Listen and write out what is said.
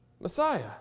Messiah